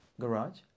garage